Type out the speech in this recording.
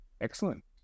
Excellent